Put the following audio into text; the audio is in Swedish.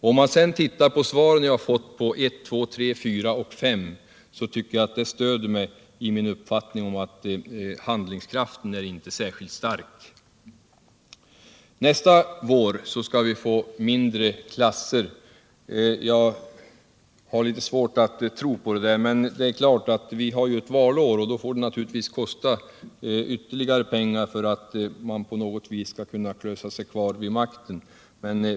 Ser man sedan på de svar jag har fått på punkterna 1,2, 3,4 och 5, anser jag att jag får stöd för min uppfattning att handlingskraften inte är särskilt stark. Nästa vår skall vi alltså få mindre klasser. Jag har litet svårt att tro på det där. Men det är ju valår och då får det förstås kosta mer pengar, för att man på något sätt skall kunna klösa sig kvar vid makten.